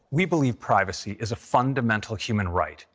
we believe privacy is a fundamental human right.